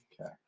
Okay